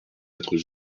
êtres